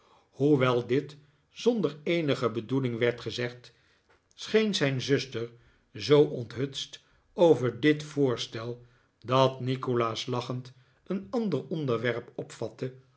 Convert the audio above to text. hoewel dit zonder eenige bedoeling werd gezegd scheen zijn zuster zoo onthutst over dit voorstel dat nikolaas lachend een ander onderwerp opvatte